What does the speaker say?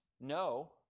no